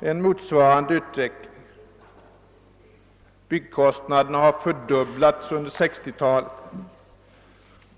en motsvarande utveckling. Byggkostnaderna har fördubblats under 1960-talet.